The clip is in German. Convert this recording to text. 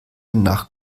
nach